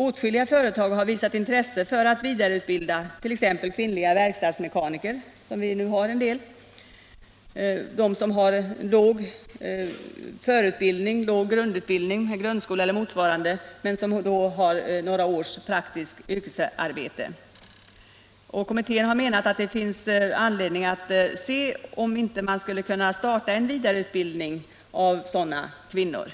Åtskilliga företag har visat intresse för att vidareutbilda t.ex. kvinnliga verkstadsmekaniker — det finns en del sådana — kvinnor som har låg grundutbildning, grundskola eller motsvarande, men som har några års praktiskt yrkesarbete. Kommittén har menat att det finns anledning att se om man inte skulle kunna starta en vidareutbildning av kvinnor med sådan